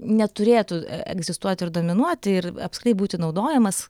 neturėtų egzistuoti ir dominuoti ir apskritai būti naudojamas